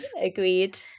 agreed